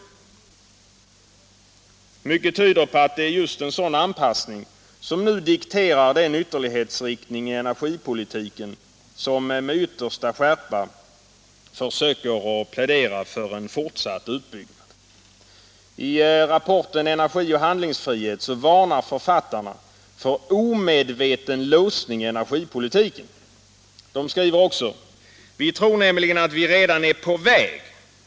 Mycket tyder på att det är just en sådan anpassning som nu dikterar den ytterlighetsriktning i energipolitiken som med yttersta skärpa försöker plädera för en fortsatt utbyggnad. I rapporten Energi och handlingsfrihet varnar författarna för omedveten låsning i energipolitiken. De skriver också: ”Vi tror nämligen att vi redan är på väg.